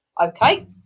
Okay